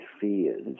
fears